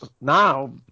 now